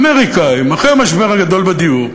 האמריקנים, אחרי המשבר הגדול בדיור,